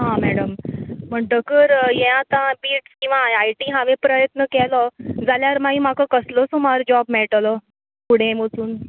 हां मॅडम म्हणटकर हें आतां बिट्स किंवा आय आय टी हांवें प्रयत्न केलो जाल्या मागीर म्हाका कसलो सुमार जॉब मेळटलो फुडें वचून